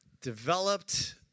developed